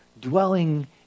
dwelling